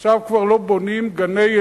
עכשיו כבר לא בונים גני-ילדים,